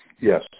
yes